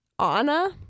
Anna